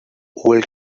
old